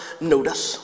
notice